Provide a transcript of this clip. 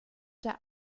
der